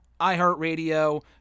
iHeartRadio